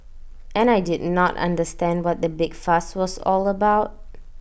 and I did not understand what the big fuss was all about